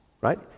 right